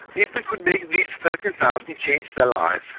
if we could make these thirteen thousand change their lives,